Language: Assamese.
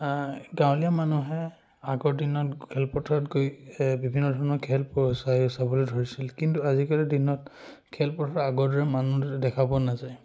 গাঁৱলীয়া মানুহে আগৰ দিনত খেলপথাৰত গৈ বিভিন্ন ধৰণৰ খেল প্ৰচাৰি চাবলৈ ধৰিছিল কিন্তু আজিকালিৰ দিনত খেলপথাৰ আগৰ দৰে মানুহ দেখা পোৱা নাযায়